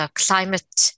climate